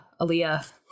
Aaliyah